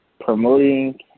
promoting